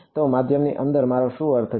તો માધ્યમની અંદર મારો શું અર્થ છે